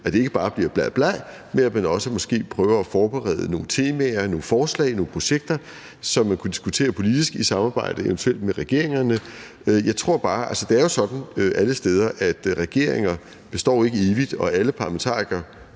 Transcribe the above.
at det ikke bare bliver bla bla, men at man måske også prøver at forberede nogle temaer, nogle forslag, nogle projekter, som man kunne diskutere politisk, eventuelt i samarbejde med regeringerne. Det er jo sådan alle steder, at regeringer ikke består evigt, og at alle parlamentarikere